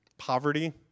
Poverty